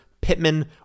Pittman